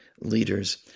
leaders